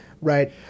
Right